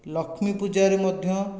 ଲକ୍ଷ୍ମୀ ପୂଜାରେ ମଧ୍ୟ